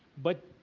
but